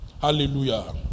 Hallelujah